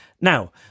now